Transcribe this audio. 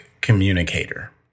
communicator